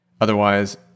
otherwise